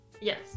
Yes